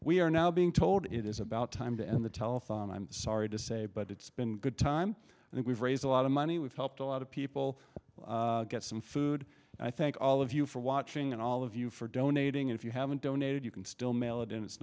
we are now being told it is about time to end the telephone i'm sorry to say but it's been good time and we've raised a lot of money we've helped a lot of people get some food and i thank all of you for watching and all of you for donating if you have a donated you can still mail it in it's